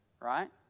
Right